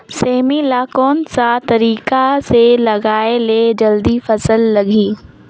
सेमी ला कोन सा तरीका से लगाय ले जल्दी फल लगही?